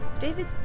David